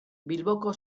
bilboko